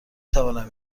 توانم